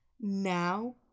Now